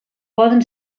poden